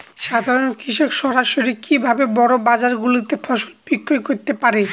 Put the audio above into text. সাধারন কৃষক সরাসরি কি ভাবে বড় বাজার গুলিতে ফসল বিক্রয় করতে পারে?